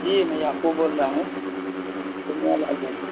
جی میں یعقوب بول رہا ہوں پورنیہ لائبریری سے